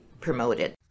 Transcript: promoted